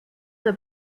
the